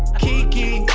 kiki,